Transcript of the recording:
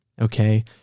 okay